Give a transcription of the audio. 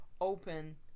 open